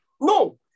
no